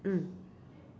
mm